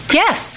yes